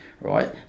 right